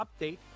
update